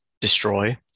destroy